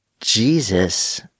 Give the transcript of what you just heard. Jesus